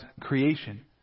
creation